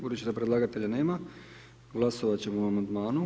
Budući da predlagatelja nema, glasovat ćemo o amandmanu.